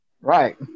Right